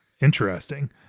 Interesting